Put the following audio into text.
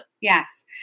Yes